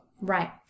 Right